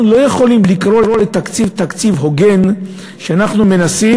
אנחנו לא יכולים לקרוא לתקציב תקציב הוגן כשאנחנו מנסים,